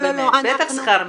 בטח שכר מינימום.